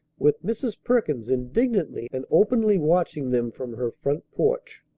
with mrs. perkins indignantly and openly watching them from her front porch.